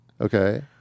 Okay